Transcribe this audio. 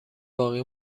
باقی